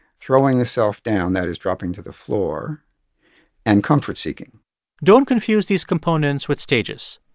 throwing the self down that is, dropping to the floor and comfort-seeking don't confuse these components with stages.